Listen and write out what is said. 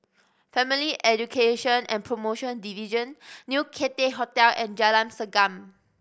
Family Education and Promotion Division New Cathay Hotel and Jalan Segam